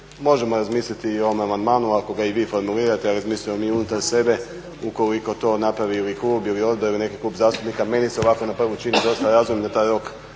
Možemo razmisliti i o ovome amandmanu ako ga i vi formulirate, a razmislimo mi unutar sebe ukoliko to napravi ili klub, ili odbor ili neki klub zastupnika. Meni se ovako na prvu čini dosta razumno da taj rok